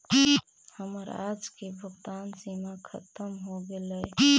हमर आज की भुगतान सीमा खत्म हो गेलइ